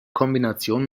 kombination